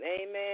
amen